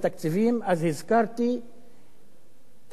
הזכרתי תעשייה,